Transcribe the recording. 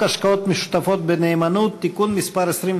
חוק איסור אלימות בספורט (תיקון,